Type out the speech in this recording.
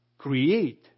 create